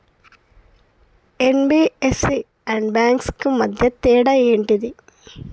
NBFC and banks కు మధ్య తేడా ఏంటిది?